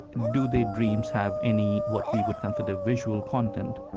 do their dreams have any what we would consider visual content?